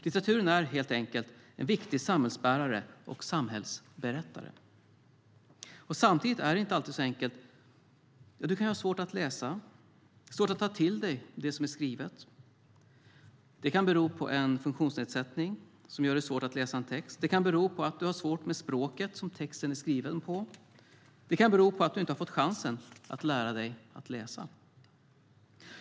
Litteraturen är helt enkelt en viktig samhällsbärare och samhällsberättare. Samtidigt är det inte alltid så enkelt. Du kan ha svårt att läsa, ha svårt att ta till dig det som är skrivet. Det kan bero på en funktionsnedsättning som gör det svårt att läsa en text. Det kan bero på att du har svårt med språket som texten är skriven på. Det kan bero på att du inte har fått chansen att lära dig att läsa.